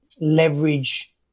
leverage